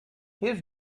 his